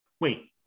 Wait